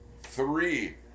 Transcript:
Three